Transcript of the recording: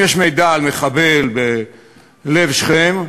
אם יש מידע על מחבל בלב שכם,